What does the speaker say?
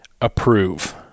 approve